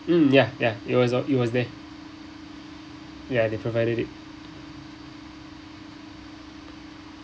mm ya ya it was it was there ya they provided it